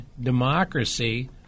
democracy